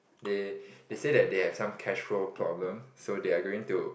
they they say that they have some cashflow problem so they are going to